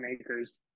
acres